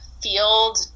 field